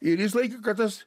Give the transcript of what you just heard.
ir jis laikė kad tas